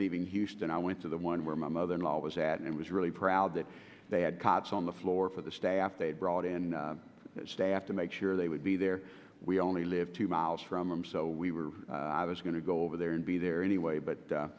leaving houston i went to the one where my mother in law was at and was really proud that they had cops on the floor for the staff they brought in staff to make sure they would be there we only live two miles from them so we were going to go over there and be there anyway but